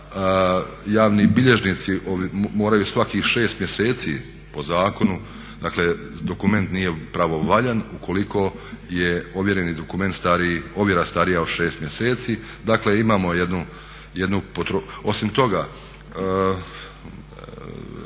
javni bilježnici moraju svakih 6 mjeseci po zakonu, dakle dokument nije pravovaljan ukoliko je ovjera starija od 6 mjeseci. Osim toga,